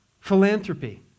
philanthropy